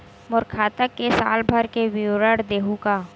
मोर खाता के साल भर के विवरण देहू का?